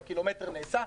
הקילומטר נעשה,